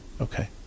Okay